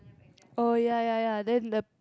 oh ya ya ya then the